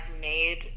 made